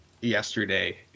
yesterday